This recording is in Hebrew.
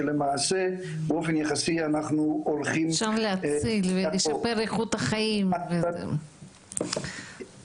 שלמעשה באופן יחסי אנחנו הולכים --- אין ספק,